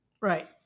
Right